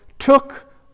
took